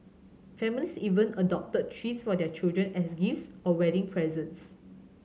families even adopt trees for their children as gifts or wedding presents